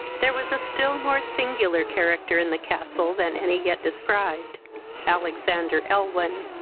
there was a still more singular character in the castle than any yet described alexander elwyn.